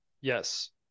Yes